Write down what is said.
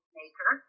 maker